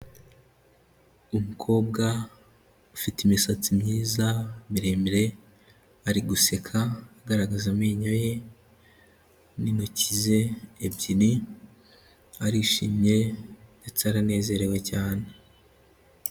Umukobwa ufite imisatsi myiza miremire ari guseka agaragaza amenyo ye n'intoki ze ebyiri, arishimye ndetse aranezerewe cyane.